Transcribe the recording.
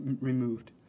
removed